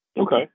Okay